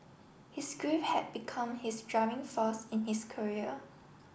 his grief had become his driving force in is career